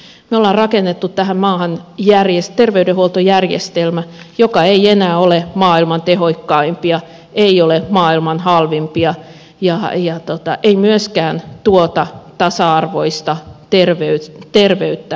me olemme rakentaneet tähän maahan terveydenhuoltojärjestelmän joka ei enää ole maailman tehokkaimpia ei ole maailman halvimpia ja ei myöskään tuota tasa arvoista terveyttä suomalaisille